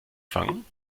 fangen